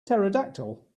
pterodactyl